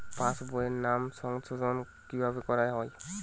পাশ বইয়ে নাম সংশোধন কিভাবে করা হয়?